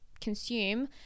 consume